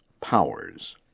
POWERS